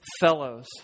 fellows